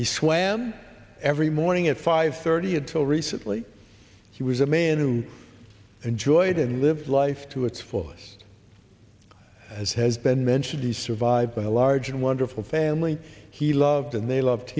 he swam every morning at five thirty until recently he was a man who enjoyed and lived life to its fullest as has been mentioned he's survived by a large and wonderful family he loved and they loved